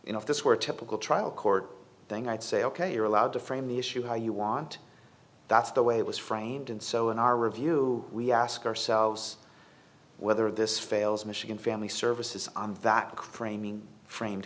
you know if this were a typical trial court thing i'd say ok you're allowed to frame the issue how you want that's the way it was framed and so in our review we ask ourselves whether this fails michigan family services that craning framed